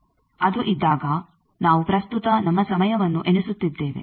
ಅದು ಇದ್ದಾಗ ನಾವು ಪ್ರಸ್ತುತ ನಮ್ಮ ಸಮಯವನ್ನು ಎಣಿಸುತ್ತಿದ್ದೇವೆ